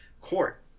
court